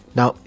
Now